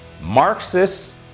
marxists